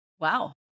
Wow